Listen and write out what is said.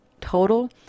total